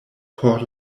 por